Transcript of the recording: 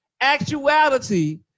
actuality